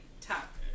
top